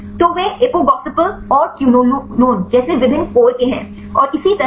तो वे एपोगोसिपोल या क्विनोलोन जैसे विभिन्न कोर के हैं और इसी तरह पर